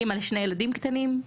אמא לשני ילדים קטנים,